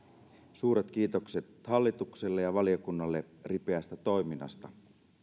suuret kiitokset hallitukselle ja valiokunnalle ripeästä toiminnasta